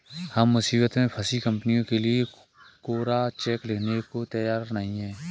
हम मुसीबत में फंसी कंपनियों के लिए कोरा चेक लिखने को तैयार नहीं हैं